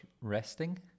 Resting